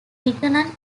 mignon